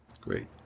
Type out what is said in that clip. Great